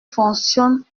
fonctionne